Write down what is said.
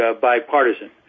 bipartisan